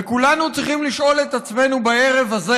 וכולנו צריכים לשאול את עצמנו בערב הזה